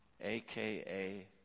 AKA